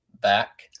back